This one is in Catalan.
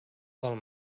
del